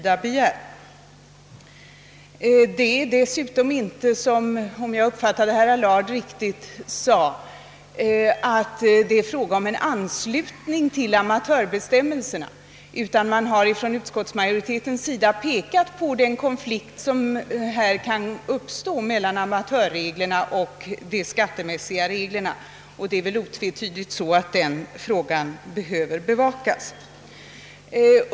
Det förhåller sig dessutom inte så, som herr Allard sade, om jag uppfattade honom riktigt, att det är fråga om en anslutning till amatörbestämmelserna, utan man har från utskottsmajoritetens sida pekat på den konflikt som här kan uppstå mellan amatörreglerna och de skattemässiga reglerna. Det är väl otvetydigt att den frågan behöver beaktas.